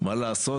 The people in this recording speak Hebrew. מה לעשות,